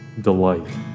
delight